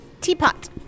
Teapot